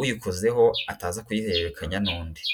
uyikozeho ataza kuyihererekanya n'undi.